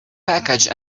package